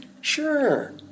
Sure